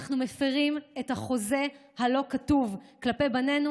אנחנו מפירים את החוזה הלא-כתוב כלפי בנינו